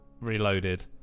Reloaded